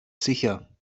sicher